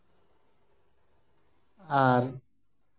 ᱟᱨ